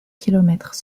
kilomètres